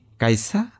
kaisa